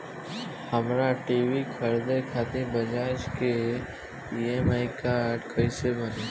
हमरा टी.वी खरीदे खातिर बज़ाज़ के ई.एम.आई कार्ड कईसे बनी?